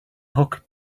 hook